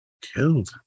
Killed